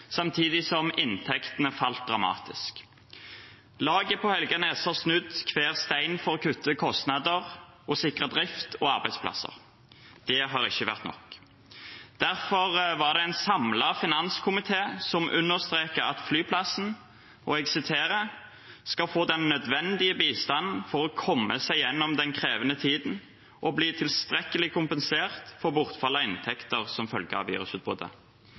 samtidig som inntektene falt dramatisk. Laget på Helganes har snudd hver stein for å kutte kostnader og sikre drift og arbeidsplasser. Det har ikke vært nok. Derfor var det en samlet finanskomité som understreket at flyplassen skal få «den nødvendige bistand for å komme seg gjennom den krevende tiden og bli tilstrekkelig kompensert for bortfallet av inntekter som følge